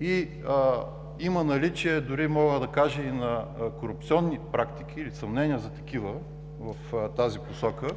и има наличие – дори мога да кажа – на корупционни практики и съмнение за такива в тази посока,